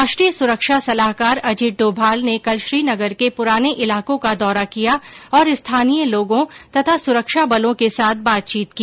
राष्ट्रीय सुरक्षा सलाहकार अजित डोभाल ने कल श्रीनगर के पुराने इलाकों का दौरा किया और स्थानीय लोगों तथा सुरक्षा बलों के साथ बातचीत की